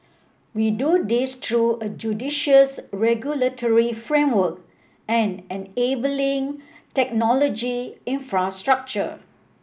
we do this through a judicious regulatory framework and enabling technology infrastructure